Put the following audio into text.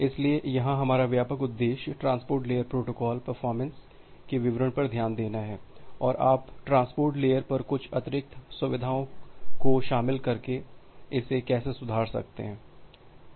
इसलिए यहां हमारा व्यापक उद्देश्य ट्रांसपोर्ट लेयर प्रोटोकॉल परफॉरमेंस के विवरण पर ध्यान देना है और आप ट्रांसपोर्ट लेयर पर कुछ अतिरिक्त सुविधाओं को शामिल करके इसे कैसे सुधार सकते हैं